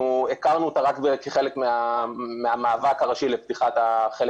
אנחנו הכרנו אותה רק כחלק מהמאבק הראשי לפתיחת החלק